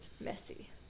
Messy